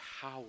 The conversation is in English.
power